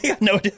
No